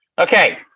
Okay